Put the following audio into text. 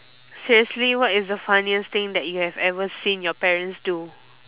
seriously what is the funniest thing that you have ever seen your parents do